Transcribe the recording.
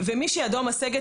ומי שידו משגת,